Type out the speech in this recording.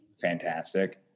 fantastic